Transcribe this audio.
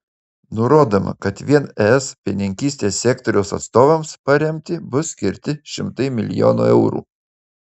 nurodoma kad vien es pienininkystės sektoriaus atstovams paremti bus skirti šimtai milijonų eurų